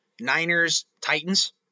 Niners-Titans